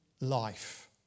life